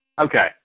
Okay